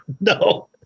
No